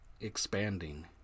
expanding